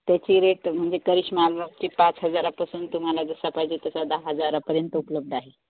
त्याची रेट म्हणजे करिश्मा एलबमची पाच हजारापासून तुम्हाला जसा पाहिजे तसा दहा हजारापर्यंत उपलब्ध आहे